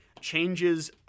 Changes